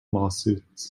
lawsuits